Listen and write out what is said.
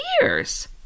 years